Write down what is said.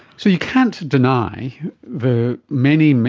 so you can't deny the many,